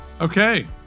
Okay